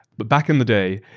but back in the day,